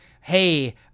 hey